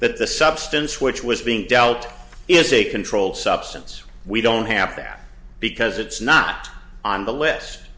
that the substance which was being dealt is a controlled substance we don't happen because it's not on the list